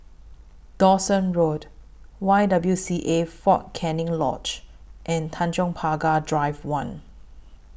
Dawson Road Y W C A Fort Canning Lodge and Tanjong Pagar Drive one